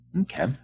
Okay